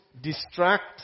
distract